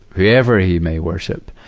wherever he may worship,